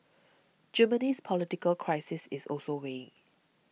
Germany's political crisis is also weighing